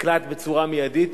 נקלט בצורה מיידית,